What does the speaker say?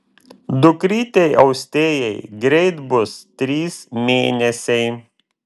dukrytei austėjai greit bus trys mėnesiai